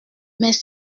mais